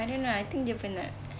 I don't know I think dia penat